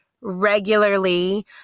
regularly